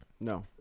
No